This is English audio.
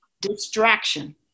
distraction